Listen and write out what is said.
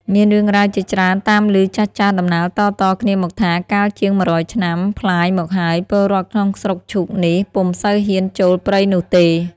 មានរឿងរ៉ាវជាច្រើនតាមឮចាស់ៗតំណាលតៗគ្នាមកថា កាលជាង១០០ឆ្នាំប្លាយមកហើយ ពលរដ្ឋក្នុងស្រុកឈូកនេះ ពុំសូវហ៊ានចូលព្រៃនោះទេ។